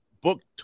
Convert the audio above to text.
booked